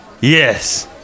yes